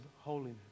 holiness